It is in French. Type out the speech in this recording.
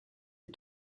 des